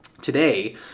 today